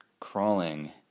crawling